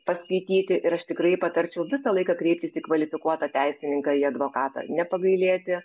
paskaityti ir aš tikrai patarčiau visą laiką kreiptis į kvalifikuotą teisininką į advokatą nepagailėti